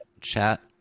Chat